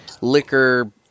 liquor